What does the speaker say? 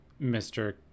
Mr